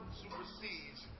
supersedes